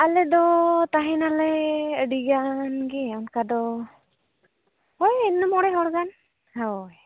ᱟᱞᱮᱫᱚ ᱛᱟᱦᱮᱱᱟᱞᱮ ᱟᱹᱰᱤ ᱜᱟᱱᱜᱮ ᱚᱱᱠᱟᱫᱚ ᱦᱚᱭ ᱚᱱᱠᱟᱫᱚ ᱢᱚᱬᱮ ᱦᱚᱲᱜᱟᱱ ᱦᱚᱭ